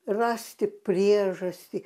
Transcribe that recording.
rasti priežastį